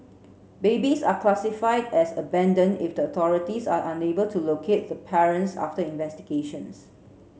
babies are classified as abandoned if the authorities are unable to locate the parents after investigations